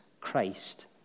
Christ